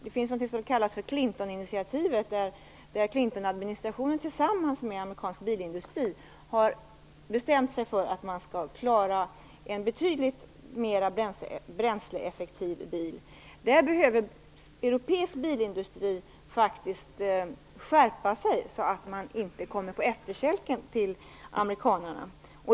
Det finns någonting som kallas för Clinton-initiativet, där Clintonadministrationen tillsammans med amerikansk bilindustri har bestämt sig för att man skall klara en betydligt mera bränsleeffektiv bil. Där behöver europeisk bilindustri faktiskt skärpa sig så att man inte kommer på efterkälken i förhållande till amerikanerna.